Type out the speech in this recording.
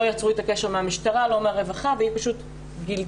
לא יצרו איתה קשר מהמשטרה או מהרווחה והיא פשוט גילתה.